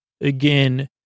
Again